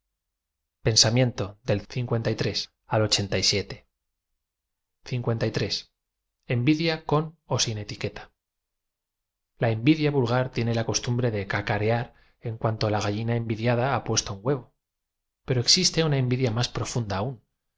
n tid ia con ó sin etiqueta l a envidia vu lga r tiene la costumbre de cacarear en cuanto la g a llin a envidiada ha puesto un huevo p ero existe una envidia más profunda aún